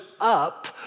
up